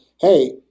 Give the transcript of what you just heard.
hey